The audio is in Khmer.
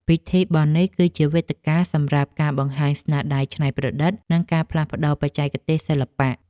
ពិធីបុណ្យនេះគឺជាវេទិកាសម្រាប់ការបង្ហាញស្នាដៃច្នៃប្រឌិត និងការផ្លាស់ប្តូរបច្ចេកទេសសិល្បៈ។